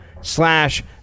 slash